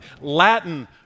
Latin